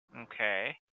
Okay